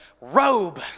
robe